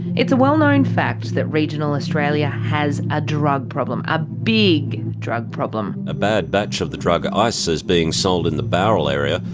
it's a well known fact that regional australia has a drug problem a big drug problem. a bad batch of the drug ice ah so is being sold in the bowral area,